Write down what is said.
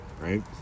right